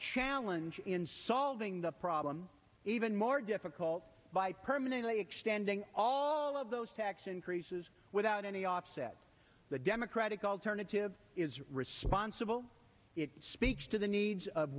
challenge in solving the problem even more difficult by permanently extending all of those tax increases without any offsets the democratic alternative is responsible it speaks to the needs of